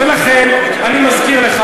ולכן אני מזכיר לך.